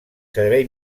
servei